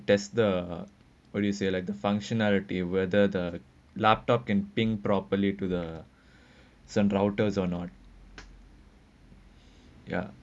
the what do you say like the functionality whether the laptop can ping properly to the S_T routers or not ya